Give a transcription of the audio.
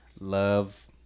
Love